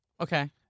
Okay